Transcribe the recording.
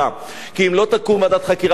כי אם לא תקום ועדת חקירה פרלמנטרית,